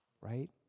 Right